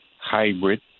hybrid